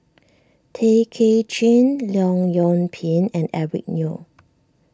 Tay Kay Chin Leong Yoon Pin and Eric Neo